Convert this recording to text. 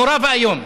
נורא ואיום.